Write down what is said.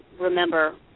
remember